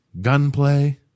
gunplay